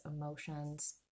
emotions